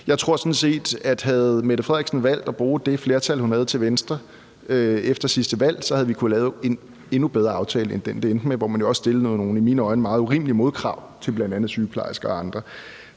Jeg tror sådan set, at havde statsministeren valgt at bruge det flertal, hun havde til venstre efter sidste valg, havde vi kunnet lave en endnu bedre aftale end den, det endte med, hvor man jo også stillede nogle i mine øjne meget urimelige modkrav til bl.a. sygeplejersker og andre.